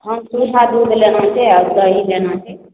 हँ सूधा दूध लेना छै आ दही लेना छै